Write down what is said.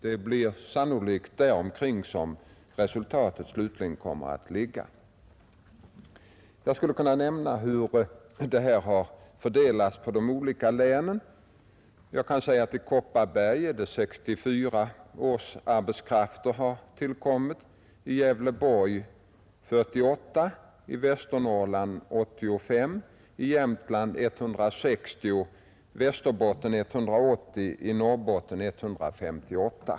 Det blir sannolikt däromkring som resultatet slutligen kommer att ligga. Hur har den ökade sysselsättningen fördelats på de olika länen? Vi finner att det i Kopparbergs län tillkommit 64 årsarbetskrafter, i Gävleborg 48, i Västernorrland 85, i Jämtland 160, i Västerbotten 180 och i Norrbotten 158.